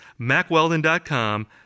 macweldon.com